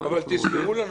משהו קצר.